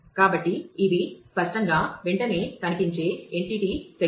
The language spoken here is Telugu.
కాబట్టి ఇవి స్పష్టంగా వెంటనే కనిపించే ఎంటిటీ సెట్స్